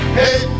hey